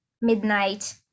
midnight